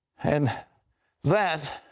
and that